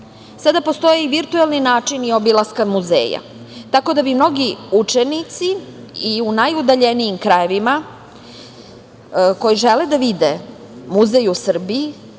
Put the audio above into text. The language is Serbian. postoje i virtuelni načini obilaska muzeja, tako da bi mnogi učenici i u najudaljenijim krajevima koji žele da vide muzej u Srbiji